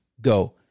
go